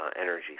energy